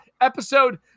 episode